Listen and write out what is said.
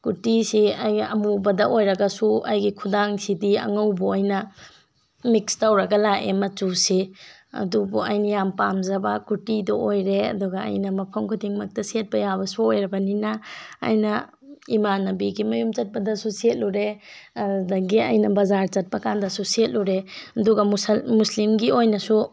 ꯀꯨꯔꯇꯤꯁꯤ ꯑꯩ ꯑꯃꯨꯕꯗ ꯑꯣꯏꯔꯒꯁꯨ ꯑꯩꯒꯤ ꯈꯨꯗꯥꯡꯁꯤꯗꯤ ꯑꯉꯧꯕꯗ ꯑꯣꯏꯅ ꯃꯤꯛꯁ ꯇꯧꯔꯒ ꯂꯥꯛꯑꯦ ꯃꯆꯨꯁꯤ ꯑꯗꯨꯕꯨ ꯑꯩꯅ ꯌꯥꯝ ꯄꯥꯝꯖꯕ ꯀꯨꯔꯇꯤꯗꯨ ꯑꯣꯏꯔꯦ ꯑꯗꯨꯒ ꯑꯩꯅ ꯃꯐꯝ ꯈꯨꯗꯤꯡꯃꯛꯇ ꯁꯦꯠꯄ ꯌꯥꯕꯁꯨ ꯑꯣꯏꯔꯕꯅꯤꯅ ꯑꯩꯅ ꯏꯃꯥꯟꯅꯕꯤꯒꯤ ꯃꯌꯨꯝ ꯆꯠꯄꯗꯁꯨ ꯁꯦꯠꯂꯨꯔꯦ ꯑꯗꯨꯗꯒꯤ ꯑꯩꯅ ꯕꯥꯖꯥꯔ ꯆꯠꯄ ꯀꯥꯟꯗꯁꯨ ꯁꯦꯠꯂꯨꯔꯦ ꯑꯗꯨꯒ ꯃꯨꯁꯂꯤꯝꯒꯤ ꯑꯣꯏꯅꯁꯨ